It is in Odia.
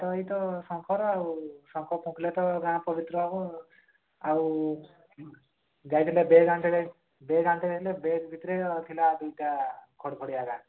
ତ ଏଇ ତ ଶଙ୍ଖର ଆଉ ଶଙ୍ଖ ଫୁଙ୍କିଲେ ତ ଗାଁ ପବିତ୍ର ହେବ ଆଉ ଯାଇଥିଲେ ବ୍ୟାଗ୍ ଆଣିଥିଲେ ବ୍ୟାଗ୍ ଆଣିଥିଲେ ହେଲେ ବ୍ୟାଗ୍ ଭିତରେ ଥିଲା ଦୁଇଟା ଖଡ ଖଡ଼ିଆ ଗା